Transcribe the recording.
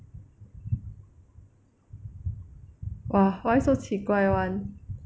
!wah! why so 奇怪 [one]